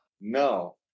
No